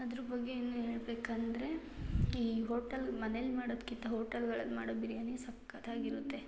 ಅದ್ರ ಬಗ್ಗೆ ಇನ್ನೂ ಹೇಳಬೇಕಂದ್ರೆ ಈ ಹೋಟಲ್ ಮನೇಲಿ ಮಾಡೋದಕ್ಕಿಂತ ಹೋಟೆಲ್ಗಳಲ್ಲಿ ಮಾಡೋ ಬಿರ್ಯಾನಿ ಸಖತ್ತಾಗಿರುತ್ತೆ